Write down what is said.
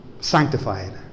sanctified